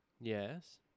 Yes